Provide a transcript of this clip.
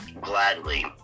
Gladly